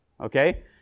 okay